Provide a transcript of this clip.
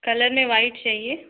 colour में white चाहिए